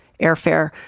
airfare